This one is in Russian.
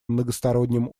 многосторонним